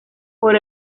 por